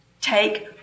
take